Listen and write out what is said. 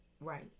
Right